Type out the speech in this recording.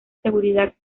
seguridad